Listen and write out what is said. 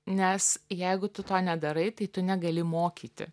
nes jeigu tu to nedarai tai tu negali mokyti